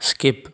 skip